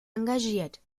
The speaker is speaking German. engagiert